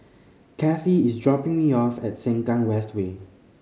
Kathie is dropping me off at Sengkang West Way